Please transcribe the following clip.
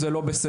זה לא בסדר,